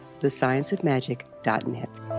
thescienceofmagic.net